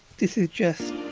this is just